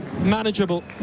manageable